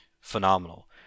phenomenal